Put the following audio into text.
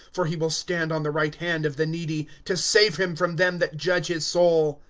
for he will stand on the right hand of the needy, to save him from them that judge his soul.